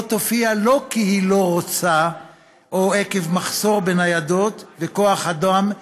לא תופיע לא כי היא לא רוצה או עקב מחסור בניידות וכוח אדם,